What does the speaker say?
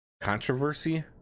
controversy